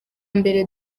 mbere